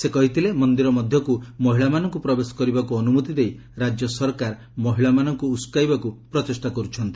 ସେ କହିଥିଲେ ମନ୍ଦିର ମଧ୍ୟକୁ ମହିଳାମାନଙ୍କୁ ପ୍ରବେଶ କରିବାକୁ ଅନୁମତି ଦେଇ ରାଜ୍ୟ ସରକାର ମହିଳାମାନଙ୍କୁ ଉସକାଇବାକୁ ପ୍ରଚେଷ୍ଟା କରୁଛନ୍ତି